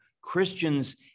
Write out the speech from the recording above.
Christians